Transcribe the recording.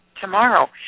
tomorrow